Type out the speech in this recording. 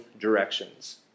directions